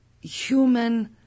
human